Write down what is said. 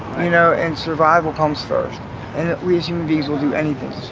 you know, and survival comes first and we, as human beings will do anything